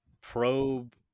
probe